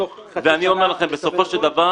ואני אומר לכם שבסופו של דבר